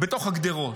בתוך הגדרות.